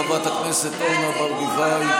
חברת הכנסת אורנה ברביבאי.